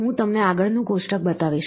હું તમને આગળનું કોષ્ટક બતાવીશ